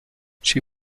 she